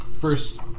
First